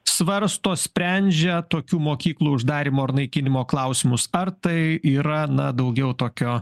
svarsto sprendžia tokių mokyklų uždarymo ar naikinimo klausimus ar tai yra na daugiau tokio